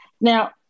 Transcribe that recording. Now